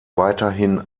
weiterhin